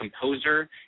composer